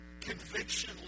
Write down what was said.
Conviction